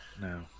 No